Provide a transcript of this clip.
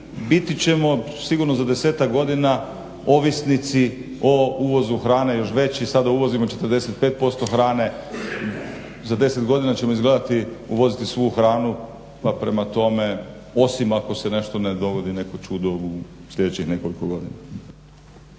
biti ćemo sigurno za desetak godina ovisnici o uvozu hrane još veći. Sada uvozimo 45% hrane, za 10 godina ćemo izgleda uvoziti svu hranu pa prema tome osim ako se nešto ne dogodi neko čudo u sljedećih nekoliko godina.